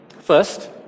First